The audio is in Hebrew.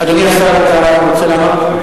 אדוני השר, אתה רוצה לענות?